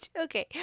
Okay